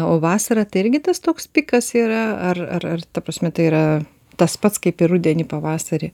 o vasarą tai irgi tas toks pikas yra ar ar ta prasme tai yra tas pats kaip ir rudenį pavasarį